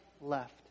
left